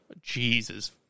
Jesus